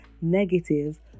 negative